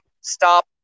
stop